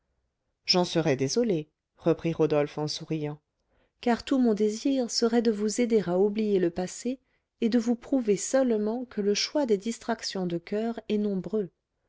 j'en serais désolé reprit rodolphe en souriant car tout mon désir serait de vous aider à oublier le passé et de vous prouver seulement que le choix des distractions de coeur est nombreux